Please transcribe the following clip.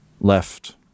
left